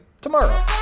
tomorrow